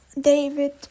David